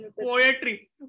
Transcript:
Poetry